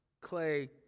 Clay